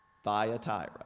Thyatira